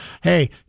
Hey